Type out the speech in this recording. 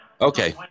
Okay